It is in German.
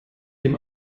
dem